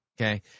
okay